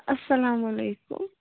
اَلسلامُ علیکُم